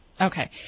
Okay